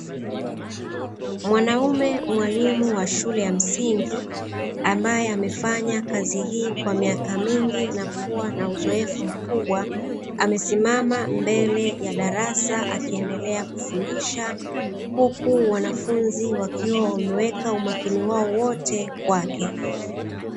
Mwanaume mwalimu wa shule ya msingi, ambaye amefanya kazi hii kwa miaka mingi na kua na uzoefu mkubwa. Amesimama mbele ya darasa akiendelea kufundisha, huku wanafunzi wakiwa wameweka umakini wao wote kwake.